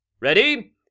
Ready